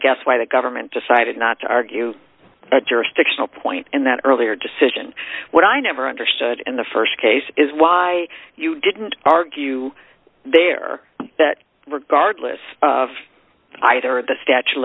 guess why the government decided not to argue that jurisdictional point in that earlier decision what i never understood and the st case is why you didn't argue there that regardless of either the statue